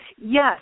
Yes